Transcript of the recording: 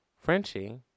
Frenchie